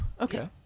Okay